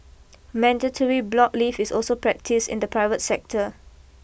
mandatory block leave is also practised in the private sector